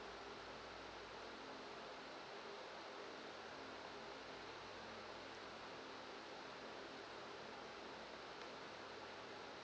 uh